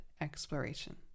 exploration